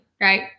right